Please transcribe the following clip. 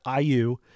IU